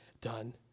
done